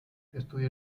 estudió